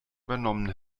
übernommen